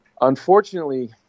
Unfortunately